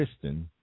Kristen